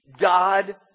God